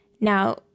Now